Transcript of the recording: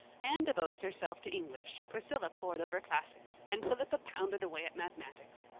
anne devoted herself to english, priscilla pored over classics, and philippa pounded away at mathematics.